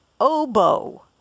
oboe